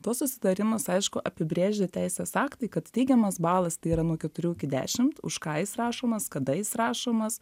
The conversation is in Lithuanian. tuos susitarimus aišku apibrėžia teisės aktai kad teigiamas balas tai yra nuo keturių iki dešimt už ką jis rašomas kada jis rašomas